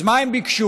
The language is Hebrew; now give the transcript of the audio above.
אז מה הם ביקשו?